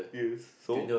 yes so